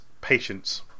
patience